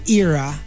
era